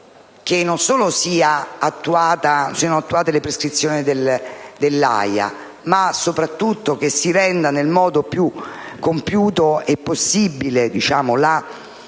non solo siano attuate le prescrizioni dell'AIA, ma soprattutto che si assicuri nel modo più compiuto possibile la sostenibilità